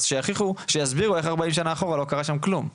אז שיסבירו איך ארבעים שנה אחורה לא קרה שם כלום.